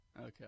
Okay